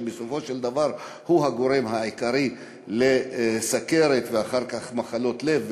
שבסופו של דבר היא הגורם העיקרי לסוכרת ואחר כך למחלות לב,